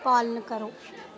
पालन करो